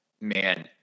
man